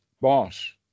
boss